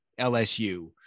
LSU